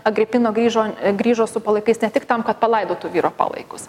agripino grįžo grįžo su palaikais ne tik tam kad palaidotų vyro palaikus